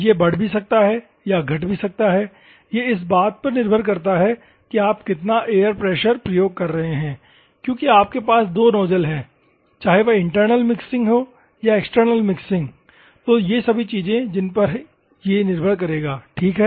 यह बढ़ भी सकता है या घट भी सकता है यह इस बात पर निर्भर करता है कि आप कितना एयर प्रेशर प्रयोग कर रहे हैं क्योंकि आपके पास दो नोजल हैं चाहे वह इंटरनल मिक्सिंग हो या एक्सटर्नल मिक्सिंग तो ये सभी चीजें है जिन पर ये निर्भर करेगा ठीक है